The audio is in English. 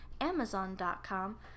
Amazon.com